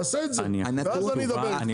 תעשה את זה ואז אני אדבר איתך.